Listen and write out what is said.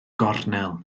gornel